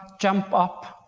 jump up,